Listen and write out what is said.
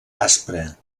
aspra